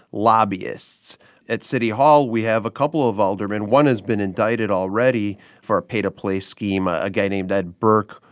lobbyists at city hall, we have a couple of aldermen. one has been indicted already for a pay-to-play scheme a guy named ed burke,